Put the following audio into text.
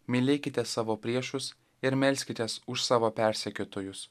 mylėkite savo priešus ir melskitės už savo persekiotojus